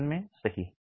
विमान में सही